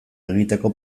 egiteko